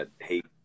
hate